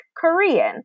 Korean